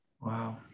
Wow